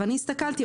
אני הסתכלתי,